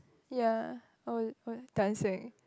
ya oh it what dancing